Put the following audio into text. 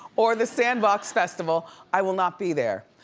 or the sandbox festival, i will not be there.